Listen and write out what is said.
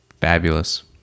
Fabulous